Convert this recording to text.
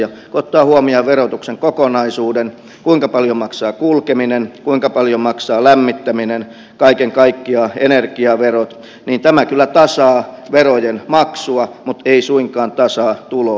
kun ottaa huomioon verotuksen kokonaisuuden kuinka paljon maksaa kulkeminen kuinka paljon maksaa lämmittäminen kaiken kaikkiaan energiaverot niin tämä kyllä tasaa verojen maksua mutta ei suinkaan tasaa tuloeroja